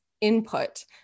input